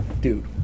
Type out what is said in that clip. dude